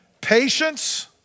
Patience